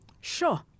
Sure